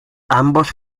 ambos